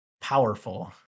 powerful